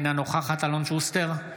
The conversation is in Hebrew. אינה נוכחת אלון שוסטר,